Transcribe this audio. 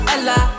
Ella